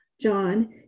John